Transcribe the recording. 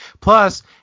Plus